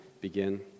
begin